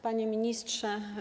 Panie Ministrze!